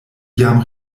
jam